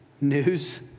news